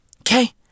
Okay